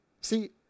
See